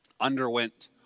underwent